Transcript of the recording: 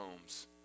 homes